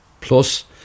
plus